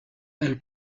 elle